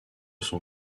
son